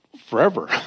forever